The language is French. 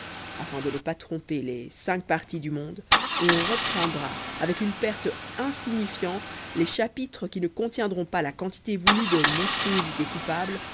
afin de ne pas tromper les cinq parties du monde on reprendra avec une perte insignifiante les chapitres qui ne contiendront pas la quantité voulue de monstruosités coupables